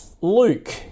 Luke